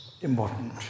important